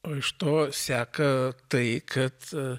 o iš to seka tai kad